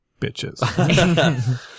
bitches